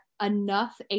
enough